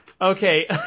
Okay